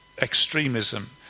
extremism